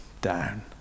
down